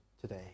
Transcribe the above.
today